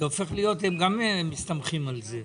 הם גם מסתמכים על זה.